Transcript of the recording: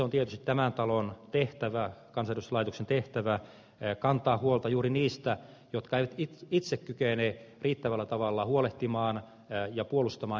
on tietysti tämän talon kansanedustuslaitoksen tehtävä kantaa huolta juuri niistä jotka eivät itse kykene riittävällä tavalla huolehtimaan itsestään ja puolustamaan itseään